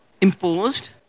imposed